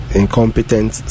incompetent